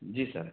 जी sir